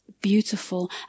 beautiful